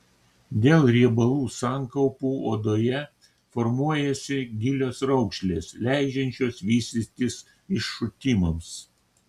dėl riebalų sankaupų odoje formuojasi gilios raukšlės leidžiančios vystytis iššutimams